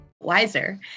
Wiser